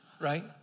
right